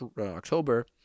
October